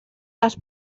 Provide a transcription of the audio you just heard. les